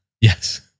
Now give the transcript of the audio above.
Yes